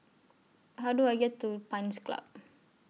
How Do I get to Pines Club